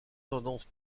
tendance